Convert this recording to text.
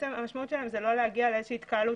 המשמעות שלהן היא לא להגיע לאיזושהי התקהלות